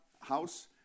house